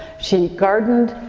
she gardened.